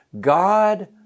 God